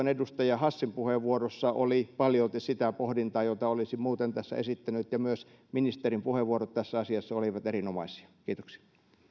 edustaja hassin puheenvuorossa oli paljolti sitä pohdintaa jota olisin muuten tässä esittänyt ja myös ministerin puheenvuorot tässä asiassa olivat erinomaisia kiitoksia